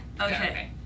Okay